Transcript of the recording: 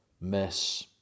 miss